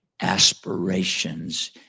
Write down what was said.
Aspirations